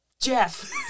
Jeff